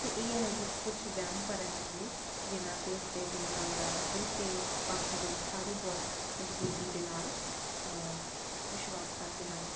ਅਤੇ ਇਹ ਹੈ ਤੁਸੀਂ ਕੁਛ ਵਹਿਮ ਭਰਮ ਨੇ ਜਿਹਨਾਂ ਦੇ ਉੱਤੇ ਮੈਨੂੰ ਲੱਗਦਾ ਅਸੀਂ ਅਤੇ ਬਾਕੀ ਲੋਕ ਸਾਰੇ ਬਹੁਤ ਮਜ਼ਬੂਤੀ ਦੇ ਨਾਲ ਵਿਸ਼ਵਾਸ ਕਰਦੇ ਹਨ